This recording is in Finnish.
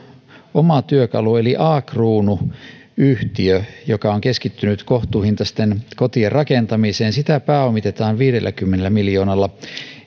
oma työkalu eli a kruunu yhtiö joka on keskittynyt kohtuuhintaisten kotien rakentamiseen sitä pääomitetaan viidelläkymmenellä miljoonalla